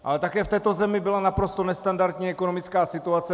Ale také v této zemi byla naprosto nestandardní ekonomická situace.